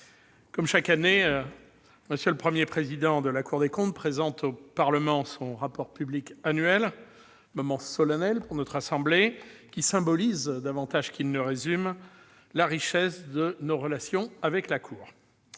comme chaque année, M. le Premier président de la Cour des comptes présente au Parlement le rapport public annuel de celle-ci. C'est un moment solennel pour notre assemblée, qui symbolise, davantage qu'il ne résume, la richesse de nos relations avec la Cour